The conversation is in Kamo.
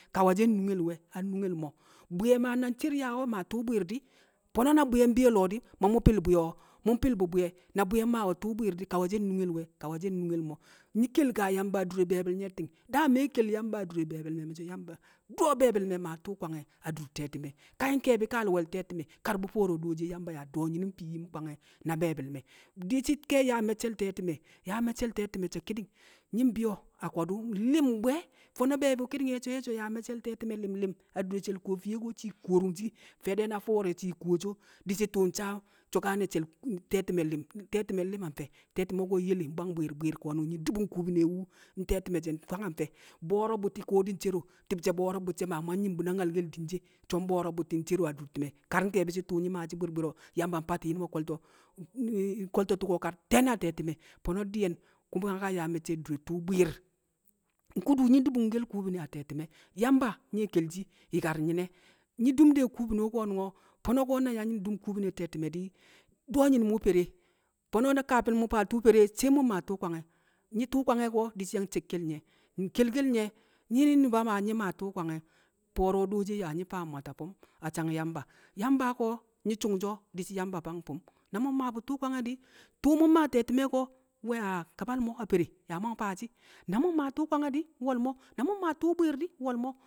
ka̱wa̱ ce ndu̱re we ndu̱remo̱, bu̱ye na̱ng cher ma̱a̱ tu̱u̱ bwi̱i̱r di̱ ma̱mu̱ fi̱l bu̱yo̱ mu̱ng fi̱l bu̱ bu̱ye di̱ ka̱wa̱ chen nu̱gyele we? ka̱wa̱che nnu̱gyele mo̱ nyi̱ kel ka̱ ya̱mba̱ du̱re bebi̱l nye ti̱ng da̱a̱ me kyel ya̱mba̱ du̱re bebi̱l mi̱cho̱ ya̱mba̱ do̱o̱ bebi̱lme ma̱a̱ tu̱u̱ kwa̱ngyeti̱n a̱du̱r teti̱me, nkebi̱ ka̱ wele teti̱me ka̱rbu̱ to̱ro̱ di̱chi̱ye ya̱mba̱ ya̱ do̱o̱yi̱nu̱m fi̱i̱yi̱m kwa̱nge na̱ bebi̱l me, di̱di̱ ya̱melchel teti̱ me, ya̱ mekchele teti̱meche ki̱ddi̱ng yi̱ng bi̱yo̱ ko̱du̱ nli̱mbwe fo̱no̱ bebu̱ ki̱di̱nge cho̱ ya̱mechele teti̱me li̱m li̱m a̱ du̱re chel ko̱ru̱ng fi̱ye ko̱ chi̱ ko̱ru̱ng chu̱wo̱ fede na̱ fo̱re chi̱ ku̱wo̱ do̱ di̱chi̱ tu̱u̱ cho̱ chele teti̱meli̱m teti̱meko̱ nli̱m a̱nfe? teti̱meko̱ nyele nbwa̱ng bwi̱i̱r bwi̱i̱r, nyi̱ du̱bu̱nchi̱ ka̱ ku̱gu̱ne wu̱, teti̱meche nkwa̱ng e? ko̱ bo̱ro̱ bu̱tu̱ ka̱r di̱n chero̱ ti̱bche bo̱ro̱ bu̱ti̱ che ma̱ mwa̱ng nyi̱mbu̱ na̱ bi̱ di̱nche cho̱ng bwo̱ro̱ bu̱ti̱ nchero̱ du̱r ti̱me, ka̱r nkebi̱chi̱ tu̱u̱ nyi̱ ma̱chi̱ bwi̱i̱r bwi̱i̱r o̱, ya̱mba̱ nfa̱ti̱ nyi̱ nu̱mo̱ kwo̱lto̱ bo̱ko̱ ko̱ ka̱l kwelte a̱ teti̱me ko̱ fo̱ no̱ di̱i̱yen nyi̱ ma̱chi̱nka̱ ya̱a̱ meche du̱re tu̱u̱ bwi̱i̱r nku̱du̱ nyi̱ du̱bu̱ng gele ku̱gu̱ne a̱ teti̱me ya̱mba̱ nye kel gelemo̱ nyi̱ du̱m de ku̱gu̱ne ko̱. Fo̱no̱ na̱ ya̱ nyi̱ng du̱m ku̱gu̱ne a̱ teti̱mo̱ ko̱ di̱ dee nyi̱nu̱m wu̱fere nyu̱ku̱ mu̱ fa̱a̱ tu̱u̱ feri̱ mu̱ ma̱a̱n chi̱ tu̱ kwa̱nge, nyi̱i̱ tu̱ kwa̱nge ko̱ di̱chi̱ ya̱ng chek kele nye mu̱ kel gel nye nyi̱i̱ nu̱ba̱ ma̱ nyi̱ ma̱a̱ tu̱u̱ kwa̱nge di̱ fo̱ro̱ do̱chi̱e ya̱ nyi̱ fa̱a̱m Mwa̱ta̱ fi̱i̱m a̱chi̱ng ya̱mba̱, ya̱mba̱ ko̱ yi̱ chu̱ng cho̱ di̱chi̱ ya̱mba̱ fa̱ng fi̱m na̱ mu̱n ma̱bu̱ tu̱ Kwa̱ng e di̱ tu̱u̱ mu̱ngma̱a̱ teti̱meko̱ we mwa̱lu̱m a̱ka̱ba̱lle ya̱mba̱, ya̱mu̱ng ta̱ chi̱ na̱ mu̱ng ma̱a̱ tu̱u̱ kwa̱nge di̱ nwo̱lmo̱ na̱mo̱ng ma̱a̱ tu̱u̱ bwi̱i̱r di̱ nwa̱lmo̱.